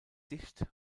dicht